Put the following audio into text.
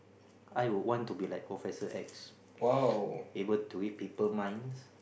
I would want to be like professor X able to read people minds